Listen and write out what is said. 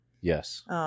Yes